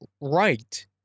right